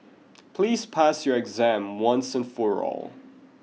please pass your exam once and for all